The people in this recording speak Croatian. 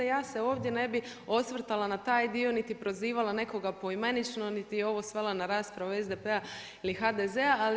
Ja se ovdje ne bih osvrtala na taj dio niti prozivala nekoga poimenično, niti ovo svela na raspravu SDP-a ili HDZ-a.